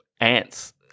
ants